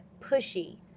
pushy